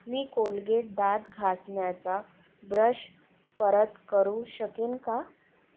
मी Colgate दात घासण्याचा brush परत करू शकेन का